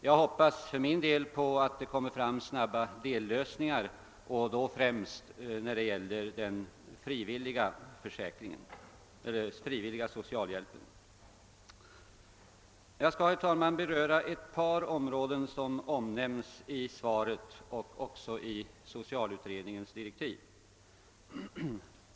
Jag hoppas för min del att det kommer till stånd snabba dellösningar och då främst när det gäller den frivilliga socialhjälpen. Jag skall, herr talman, beröra ett par områden som omnämns i svaret och även i socialutredningens direktiv.